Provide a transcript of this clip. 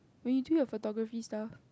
when you do your photography stuff